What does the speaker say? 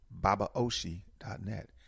babaoshi.net